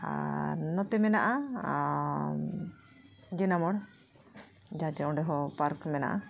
ᱟᱨ ᱱᱚᱛᱮ ᱢᱮᱱᱟᱜᱼᱟ ᱟᱨ ᱡᱮᱱᱟ ᱢᱳᱲ ᱡᱟᱦᱟᱸ ᱪᱮ ᱚᱸᱰᱮᱦᱚᱸ ᱯᱟᱨᱠ ᱢᱮᱱᱟᱜᱼᱟ